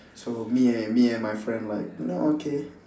so me and me and my friend like you know okay